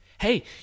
Hey